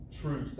truth